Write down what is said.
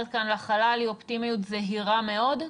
כאן לחלל היא אופטימיות זהירה מאוד?